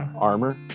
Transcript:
armor